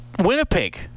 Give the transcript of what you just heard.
winnipeg